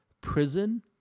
prison